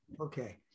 Okay